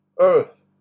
earth